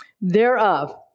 Thereof